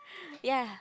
ya